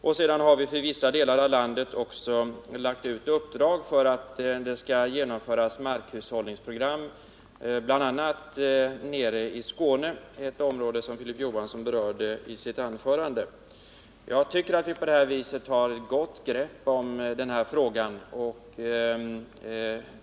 Vidare har vi för vissa delar av landet också lagt ut uppdrag för att det skall genomföras markhushållningsprogram, bl.a. i Skåne, ett område som Filip Johansson berörde i sitt anförande. Jag tycker att vi på det här viset har gott grepp om denna fråga.